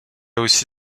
aussi